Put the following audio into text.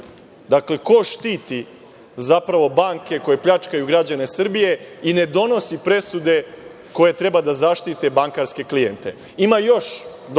Dakle, ko štiti zapravo banke koje pljačkaju građane Srbije i ne donose presude koje treba da zaštite bankarske klijente. Ima još dokaza